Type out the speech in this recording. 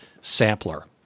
sampler